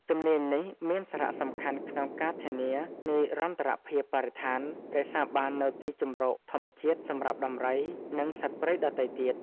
ជំនាញនេះមានសារៈសំខាន់ក្នុងការធានានិរន្តរភាពបរិស្ថាន រក្សាបាននូវទីជម្រកធម្មជាតិសម្រាប់ដំរី និងសត្វព្រៃដទៃទៀត។